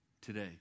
today